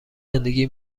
زندگی